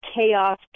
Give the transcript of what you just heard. chaos